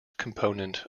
component